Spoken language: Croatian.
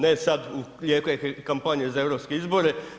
Ne sada u jeku kampanje za europske izbore.